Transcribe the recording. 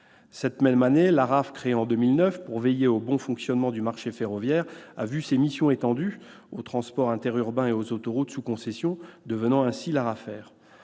Cette même année, l'Araf, créée en 2009 pour veiller au bon fonctionnement du marché ferroviaire, a vu ses missions étendues au transport interurbain et aux autoroutes sous concessions, devenant ainsi l'Arafer.